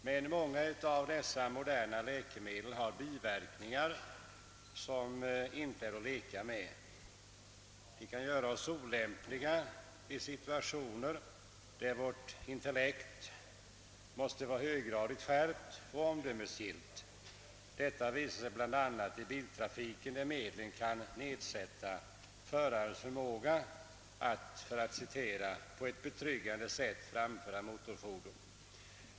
Men många av dessa moderna läkemedel har biverkningar som inte är att leka med. De kan göra oss olämpliga i situationer där vårt intellekt måste vara höggradigt skärpt och omdömesgillt. Detta visar sig bl.a. i biltrafiken, där läkemedlen kan nedsätta förarens förmåga att på ett betryggande sätt framföra motorfordon.